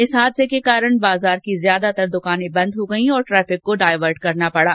इस हादसे के कारण बाजार की ज्यादातर दुकाने बंद हो गयी और ट्रैफिक भी डायवर्ट करना पड़ा